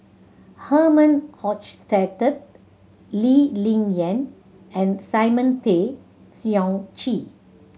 Herman Hochstadt Lee Ling Yen and Simon Tay Seong Chee